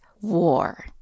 war